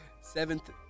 Seventh